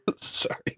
Sorry